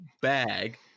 bag